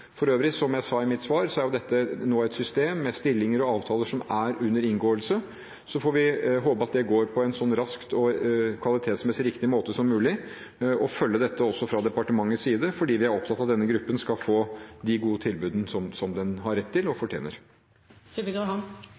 For øvrig – som jeg sa i mitt svar – er dette nå et system med stillinger og avtaler som er under inngåelse. Så får vi håpe at det går på en så rask og kvalitetsmessig riktig måte som mulig. Vi vil også følge opp dette fra departements side, for vi er opptatt av at denne gruppen skal få de gode tilbudene som den har rett til, og